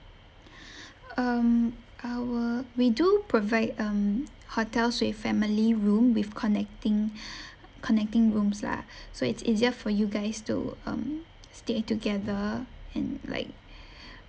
um our we do provide um hotels with family room with connecting connecting rooms lah so it's easier for you guys to um stay together and like